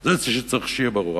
זה צריך שיהיה ברור.